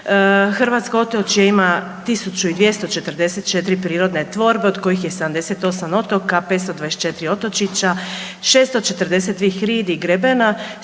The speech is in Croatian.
Hrvatske otočje ima 1244 prirodne tvorbe od kojih je 78 otoka, 524 otočića, 642 hridi i grebena.